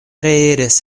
reiris